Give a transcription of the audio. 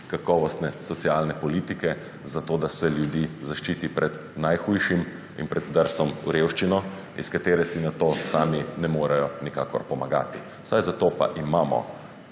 kakovostne socialne politike zato, da se ljudi zaščiti pred najhujšim in pred zdrsom v revščino, iz katere si nato sami ne morejo nikakor pomagati? Saj zato pa imamo